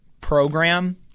program